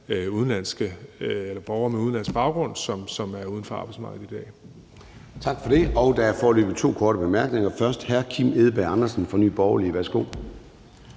borgere med udenlandsk baggrund, som er uden for arbejdsmarkedet i dag.